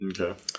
Okay